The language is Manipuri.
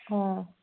ꯑꯣ